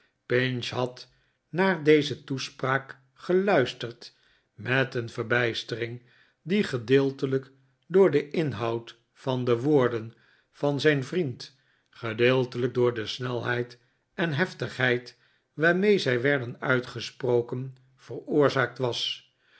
pinch had naar deze toespraak geluisterd met een verbijstering die gedeeltelijk door den inhoud van de woorden van zij n vriend gedeeltelijk door de snelheid en heftigheid waarmee zij werden uitgesproken verborzaakt was